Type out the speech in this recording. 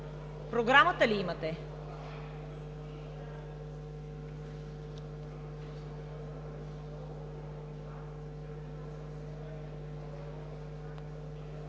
Програмата ли имате?